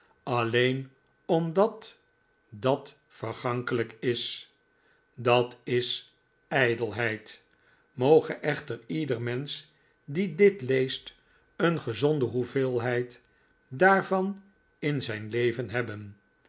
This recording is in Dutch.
alleen omdat dat vergankelijk is dat is ijdelheid moge echter ieder mensch die dit leest een gezonde hoeveelheid daarvan in zijn leven hebben